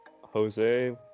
Jose